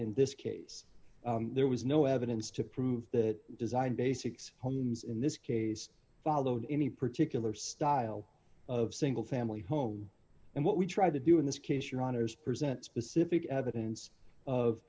in this case there was no evidence to prove that design basics homes in this case followed any particular style of single family home and what we tried to do in this case your honour's present specific evidence of